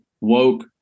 woke